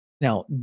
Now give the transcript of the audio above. Now